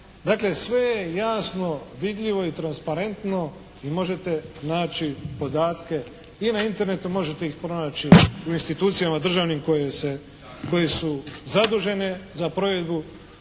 Dakle sve je jasno vidljivo i transparentno i možete naći podatke i na Internetu i možete ih pronaći u institucijama državnim koje su zadužene za provedbu